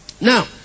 now